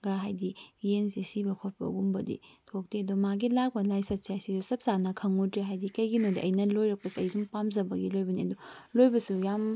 ꯍꯥꯏꯕꯗꯤ ꯌꯦꯟꯁꯦ ꯁꯤꯕ ꯈꯣꯠꯄꯒꯨꯝꯕꯗꯤ ꯊꯣꯛꯇꯦ ꯑꯗꯣ ꯃꯥꯒꯤ ꯂꯥꯛꯄ ꯂꯥꯏꯆꯠꯁꯦ ꯁꯤꯁꯨ ꯆꯞ ꯆꯥꯅ ꯈꯪꯉꯨꯗ꯭ꯔꯦ ꯍꯥꯏꯕꯗꯤ ꯀꯩꯒꯤꯅꯣꯗꯤ ꯑꯩꯅ ꯂꯣꯏꯔꯛꯄꯁꯦ ꯑꯩ ꯁꯨꯝ ꯄꯥꯝꯖꯕꯒꯤ ꯂꯣꯏꯕꯅꯦ ꯑꯗꯣ ꯂꯣꯏꯕꯁꯨ ꯌꯥꯝ ꯀꯨꯏ ꯗ꯭ꯔꯤ